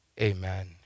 Amen